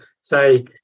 say